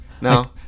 No